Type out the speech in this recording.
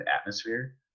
atmosphere